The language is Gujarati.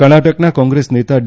કર્ણાટકના કોંગ્રેસ નેતા ડી